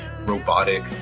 robotic